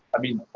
i mean,